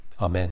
Amen